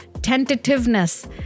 tentativeness